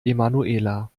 emanuela